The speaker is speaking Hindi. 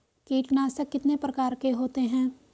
कीटनाशक कितने प्रकार के होते हैं?